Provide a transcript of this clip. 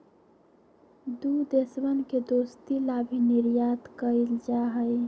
दु देशवन के दोस्ती ला भी निर्यात कइल जाहई